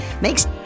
Makes